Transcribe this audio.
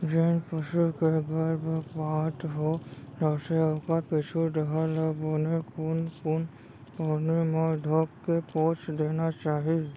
जेन पसू के गरभपात हो जाथे ओखर पीछू डहर ल बने कुनकुन पानी म धोके पोंछ देना चाही